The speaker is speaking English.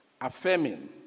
affirming